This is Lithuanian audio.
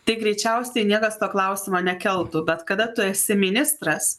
tai greičiausiai niekas to klausimo nekeltų bet kada tu esi ministras